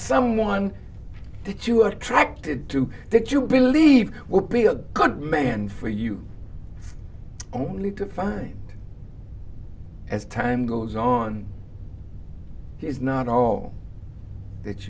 someone that you are attracted to that you believe will be a good man for you only to find as time goes on is not all that